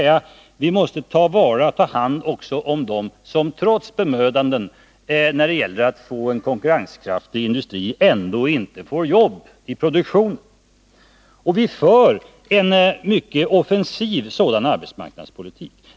Vi ' måste ta hand också om dem som trots våra bemödanden när det gäller att få en konkurrenskraftig industri inte får jobb i produktionen. Vi för en mycket offensiv sådan arbetsmarknadspolitik.